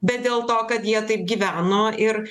bet dėl to kad jie taip gyveno ir